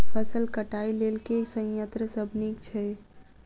फसल कटाई लेल केँ संयंत्र सब नीक छै?